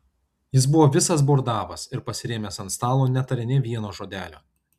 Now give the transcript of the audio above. jis buvo visas bordavas ir pasirėmęs ant stalo netarė nė vieno žodelio